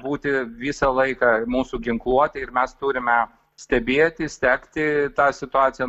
būti visą laiką mūsų ginkluote ir mes turime stebėti sekti tą situaciją